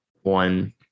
one